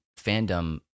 fandom